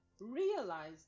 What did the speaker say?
realize